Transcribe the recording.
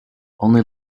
only